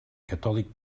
catòlic